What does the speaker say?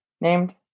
named